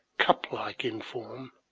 cuplike in form,